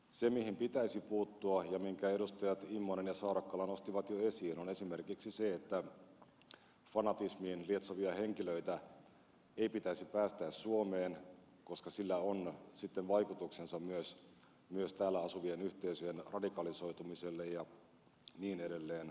se mihin pitäisi puuttua ja minkä edustajat immonen ja saarakkala nostivat jo esiin on esimerkiksi se että fanatismiin lietsovia henkilöitä ei pitäisi päästää suomeen koska sillä on sitten vaikutuksensa myös täällä asuvien yhteisöjen radikalisoitumiseen ja niin edelleen